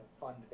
fund